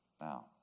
Now